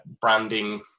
branding